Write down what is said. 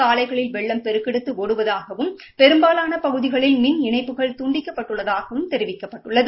சாலைகளில வெள்ளம் பெருக்கெடுத்து ஒடுவதாகவும் பெரும்பாலான பகுதிகளில் மின் இணைப்புகள் துண்டிக்கப்பட்டுள்ளதாகவும் தெரிவிக்கப்பட்டுள்ளது